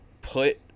put